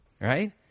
Right